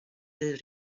del